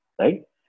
right